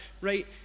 right